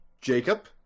Jacob